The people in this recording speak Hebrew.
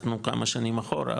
אז תנו כמה שנים אחורה,